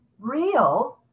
real